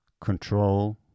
control